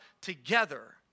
together